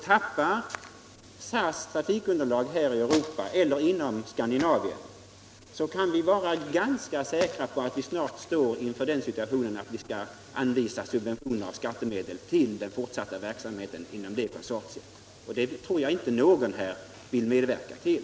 Tappar SAS trafikunderlag i Europa eller inom Skandinavien kan vi vara ganska säkra på att vi snart står inför den situationen att vi måste anvisa subventioner av skattemedel till den fortsatta verksamheten. Det tror jag inte någon här vill medverka till.